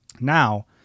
Now